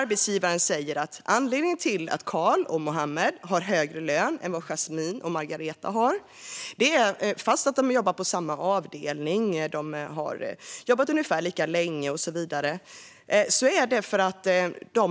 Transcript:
Arbetsgivaren kanske säger: "Anledningen till att Karl och Muhammed har högre lön än vad Jasmine och Margareta har är att de, trots att alla jobbar på samma avdelning och har jobbat ungefär lika länge, har ett ansvarstillägg utöver sin arbetsbeskrivning."